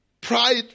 pride